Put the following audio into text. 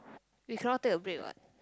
we cannot take a break what